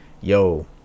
yo